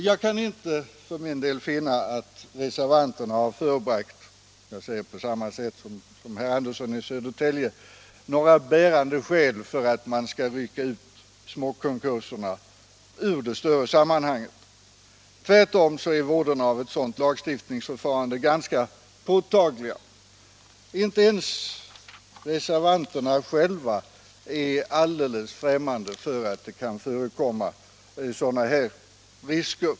Jag kan inte för min del finna att reservanterna förebragt — jag säger på samma sätt som herr Andersson i Södertälje — några bärande skäl för att man skall rycka ut småkonkurserna ur det större sammanhanget. Tvärtom är vådan av ett sådant lagstiftningsförfarande ganska påtaglig. Inte ens reservanterna själva är alldeles främmande för att risker kan förekomma.